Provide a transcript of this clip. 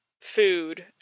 food